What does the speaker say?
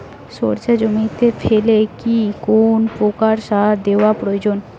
সর্ষে জমিতে ফেলে কি কোন প্রকার সার দেওয়া প্রয়োজন?